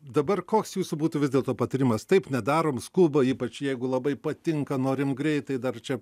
dabar koks jūsų būtų vis dėlto patarimas taip nedarom skuba ypač jeigu labai patinka norim greitai dar čia